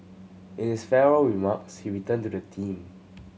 in his farewell remarks he returned to the theme